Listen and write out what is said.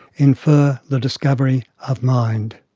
infer the discovery of mind.